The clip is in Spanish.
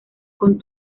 con